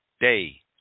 day